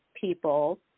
people